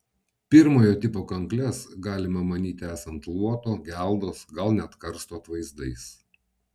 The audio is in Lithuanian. pirmojo tipo kankles galima manyti esant luoto geldos gal net karsto atvaizdais